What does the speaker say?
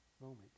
moment